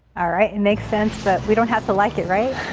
ah right it makes sense that we don't have to like it right.